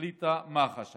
החליטה מח"ש,